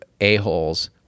a-holes